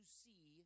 see